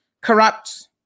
corrupt